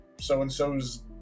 so-and-so's